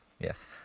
Yes